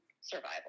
survival